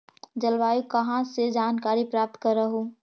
जलवायु कहा से जानकारी प्राप्त करहू?